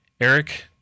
Eric